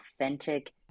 authentic